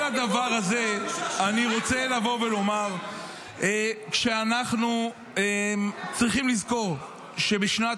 על הדבר הזה אני רוצה לבוא ולומר שאנחנו צריכים לזכור שבשנת